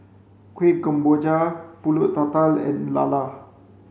Kuih Kemboja Pulut Tatal and Lala